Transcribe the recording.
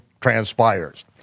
transpires